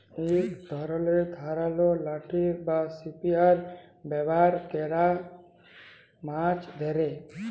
ইক ধরলের ধারালো লাঠি বা ইসপিয়ার ব্যাভার ক্যরে মাছ ধ্যরে